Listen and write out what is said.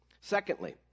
Secondly